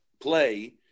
play